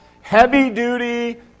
heavy-duty